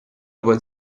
open